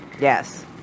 Yes